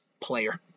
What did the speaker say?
player